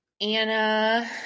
Anna